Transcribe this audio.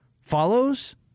follows